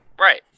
right